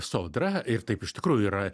sodra ir taip iš tikrųjų yra